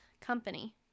company